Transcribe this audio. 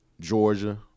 Georgia